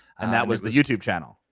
and that was the youtube channel.